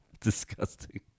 disgusting